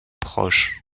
proche